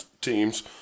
teams